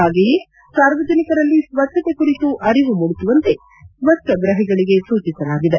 ಪಾಗೆಯೇ ಸಾರ್ವಜನಿಕರಲ್ಲಿ ಸ್ವಜ್ವತೆ ಕುರಿತು ಅರಿವು ಮೂಡಿಸುವಂತೆ ಸ್ವಭ್ಯಗ್ರಹಿಗಳಿಗೆ ಸೂಚಿಸಲಾಗಿದೆ